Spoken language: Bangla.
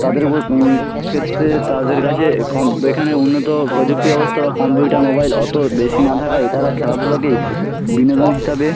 তাদের উপর ক্ষেত্রে তাদের কাছে খব এখানে উন্নত প্রযুক্তি অবস্থা বা কম্পিউটার মোবাইল অতো বেশি না থাকায় তারা খেলাধুলাকেই বিনোদন হিসাবে